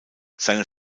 seine